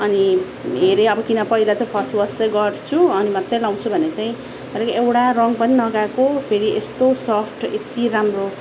अनि हेरेँ अब किन पहिला चाहिँ फर्स्ट वास चाहिँ गर्छु अनि मात्रै लाउँछु भनेर चाहिँ अलिक एउटा रङ पनि नगएको फेरि यस्तो सफ्ट यति राम्रो